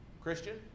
Christian